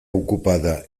ocupada